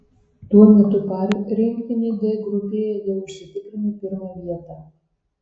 tuo metu par rinktinė d grupėje jau užsitikrino pirmą vietą